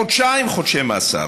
חודשיים מאסר.